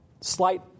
slight